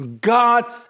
god